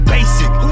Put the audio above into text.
Basic